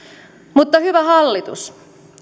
mutta hyvä hallitus